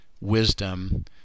wisdom